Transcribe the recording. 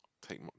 Take